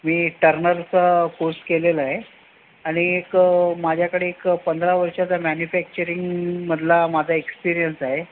मी टर्नरचा कोर्स केलेला आहे आणि एक माझ्याकडे एक पंधरा वर्षाचा मॅन्युफॅक्चरिंगमधला माझा एक्सपिरियन्स आहे